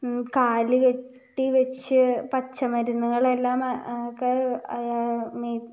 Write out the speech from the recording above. കാൽ കെട്ടി വച്ച് പച്ചമരുന്നുകളെല്ലാം